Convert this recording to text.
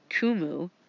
Kumu